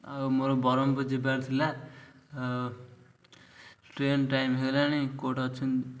ଆଉ ମୋର ବ୍ରହ୍ମପୁର ଯିବାର ଥିଲା ଆଉ ଟ୍ରେନ ଟାଇମ୍ ହେଲାଣି କେଉଁଠି ଅଛନ୍ତି